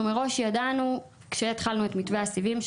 מראש ידענו כשהתחלנו את מתווה הסיבים,